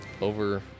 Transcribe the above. over